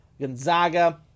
Gonzaga